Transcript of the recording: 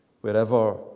wherever